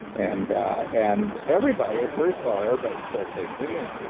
and and everybody, first of all, everybody started saying, dan, yeah